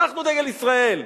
אנחנו דגל ישראל.